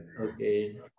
Okay